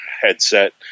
headset